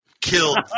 killed